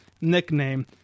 nickname